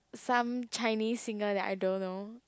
some Chinese singer that I don't know